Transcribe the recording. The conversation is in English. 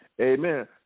Amen